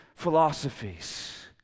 philosophies